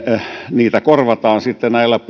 niitä korvataan sitten näillä